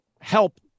help